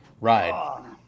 ride